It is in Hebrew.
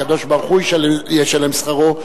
הקדוש-ברוך-הוא ישלם שכרו,